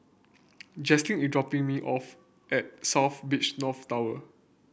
Jaclyn is dropping me off at South Beach North Tower